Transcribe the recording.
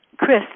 Chris